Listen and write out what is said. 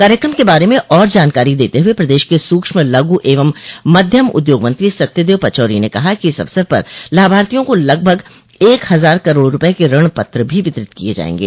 कार्यक्रम के बारे में और जानकारी देते हुए प्रदेश के सूक्ष्म लघु एवं मध्यम उद्योग मंत्री सत्यदेव पचौरी ने कहा कि इस अवसर पर लाभार्थियों को लगभग एक हजार करोड़ रूपये के ऋण पत्र भी वितरित किया जायेगे